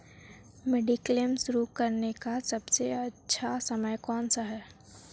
Mediclaim शुरू करने का सबसे अच्छा समय कौनसा है?